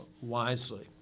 wisely